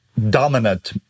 dominant